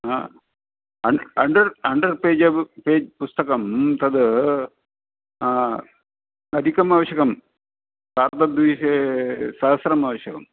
hundred page पुस्तकं तद् अधिकम् आवश्यकं सार्धद्विसहस्रम् आवश्यकम्